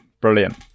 brilliant